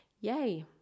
Yay